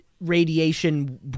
radiation